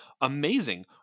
amazing